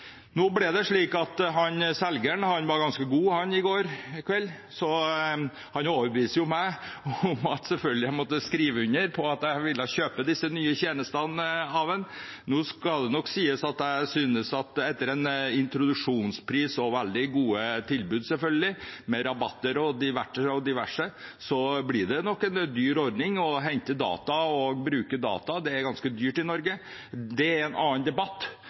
var ganske god, så han overbeviste meg om at jeg selvfølgelig måtte skrive under på at jeg ville kjøpe disse nye tjenestene av ham. Nå skal det nok sies at det – etter en introduksjonspris og selvfølgelig et veldig godt tilbud med rabatter og diverse – nok blir en dyr ordning. Å hente data og bruke data er ganske dyrt i Norge. Det er en annen debatt,